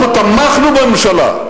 אנחנו תמכנו בממשלה.